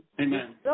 Amen